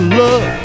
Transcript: love